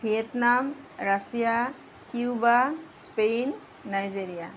Vietnam Russia Cuba Spain Nigeria